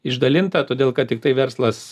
išdalinta todėl kad tiktai verslas